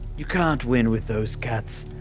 you can't win with those cats.